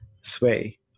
sway